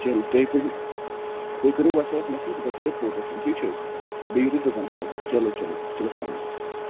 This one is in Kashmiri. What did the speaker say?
چلو تُہی کٔرِو تُہۍ کٔرِو وَٹسَپَس مٮ۪سیج بہٕ کَرو تۄہہِ یورٕ فوٹو سٮ۪نٛڈ ٹھیٖک چھِ حظ بیٚیہِ یِیِو تُہۍ دُکانَس پٮ۪ٹھ چلو چلو چلو السلام علیکُم